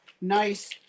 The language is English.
nice